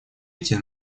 эти